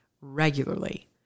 regularly